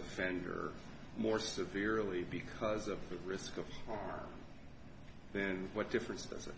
offender more severely because of the risk of then what difference does it